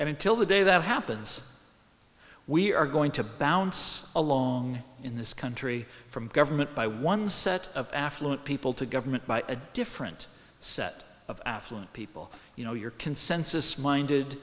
until the day that happens we are going to bounce along in this country from government by one set of affluent people to government by a different set of affluent people you know your consensus minded